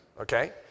Okay